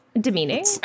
Demeaning